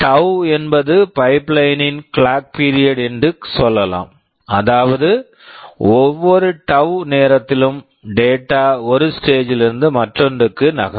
tau tau என்பது pipeline pipeline ன் clock period clock period என்று சொல்லலாம் அதாவது ஒவ்வொரு டவ் tau நேரத்திலும் டேட்டா data ஒரு ஸ்டேஜ் stage லிருந்து மற்றொன்றுக்கு நகரும்